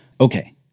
Okay